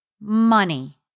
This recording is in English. money